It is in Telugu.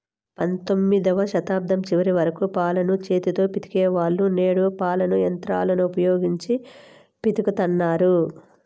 పంతొమ్మిదవ శతాబ్దం చివరి వరకు పాలను చేతితో పితికే వాళ్ళు, నేడు పాలను యంత్రాలను ఉపయోగించి పితుకుతన్నారు